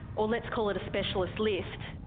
or let's call it a specialist list,